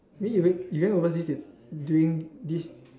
mean you you going overseas with during this